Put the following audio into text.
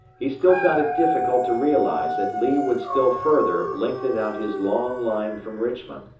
he still found it difficult to realize that lee would still further lengthen out his long line from richmond,